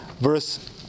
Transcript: verse